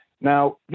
Now